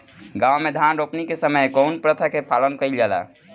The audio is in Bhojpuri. गाँव मे धान रोपनी के समय कउन प्रथा के पालन कइल जाला?